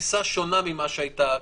תפיסה שונה ממה שהייתה קודם.